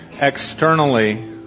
externally